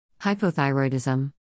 Hypothyroidism